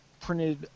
printed